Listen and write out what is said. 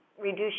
reduce